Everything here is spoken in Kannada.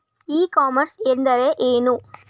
ಇ ಕಾಮರ್ಸ್ ಎಂದರೆ ಏನು?